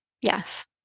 yes